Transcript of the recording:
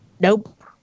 Nope